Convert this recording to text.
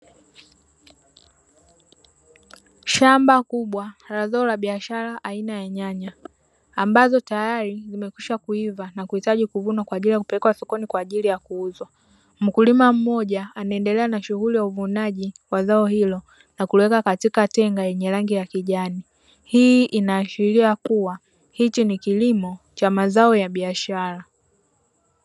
Shamba kubwa la zao la biashara aina ya nyanya, ambazo tayari zimekwisha kuiva na kuhitaji kuvunwa na kupelekwa sokoni kwa ajili ya kuuzwa. Mkulima mmoja anaendelea na shughuli ya uvunaji wa zao hilo na kuliweka katika tenga lenye rangi ya kijani. Hii inaashiria kuwa hichi ni kilimo cha mazao ya biashara.